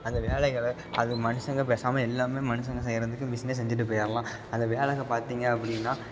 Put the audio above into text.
அந்த வேலைகளை அது மனுஷங்க பேசாமல் எல்லாமே மனுஷங்க செய்கிறதுக்கு மிஷினே செஞ்சுட்டு போயிடலாம் அந்த வேலைங்க பார்த்திங்க அப்படின்னா